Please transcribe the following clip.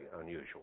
unusual